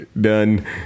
done